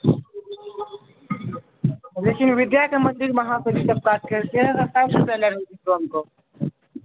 लेकिन विद्याके मन्दिरमे अहाँ सब ई काज करै छिए